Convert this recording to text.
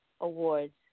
awards